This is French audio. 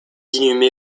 inhumé